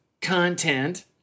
content